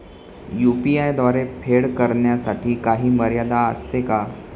UPI द्वारे फेड करण्यासाठी काही मर्यादा असते का?